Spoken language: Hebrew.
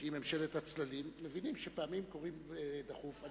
שהיא ממשלת הצללים, מבינים שפעמים קוראים דחוף.